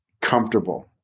comfortable